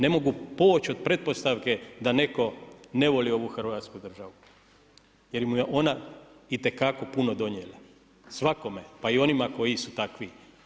Ne mogu poći od pretpostavke da netko ne voli ovu Hrvatsku državu jer mu je ona itekako puno donijela, svakome, pa i onome koji su takvi.